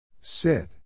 Sit